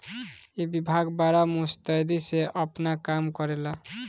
ई विभाग बड़ा मुस्तैदी से आपन काम करेला